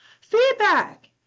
Feedback